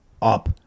up